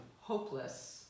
hopeless